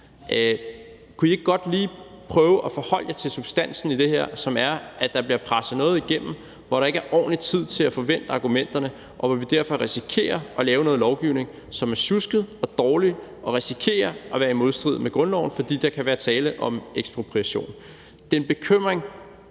Kunne I ikke godt lige prøve at forholde jer til substansen i det her, som er, at der bliver presset noget igennem, hvor der ikke er ordentlig tid til at få vendt argumenterne, og hvor vi derfor risikerer at lave noget lovgivning, som er sjusket og dårlig og risikerer at være i modstrid med grundloven, fordi der kan være tale om ekspropriation. Det er en bekymring,